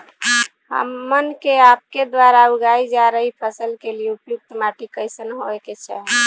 हमन के आपके द्वारा उगाई जा रही फसल के लिए उपयुक्त माटी कईसन होय के चाहीं?